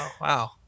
wow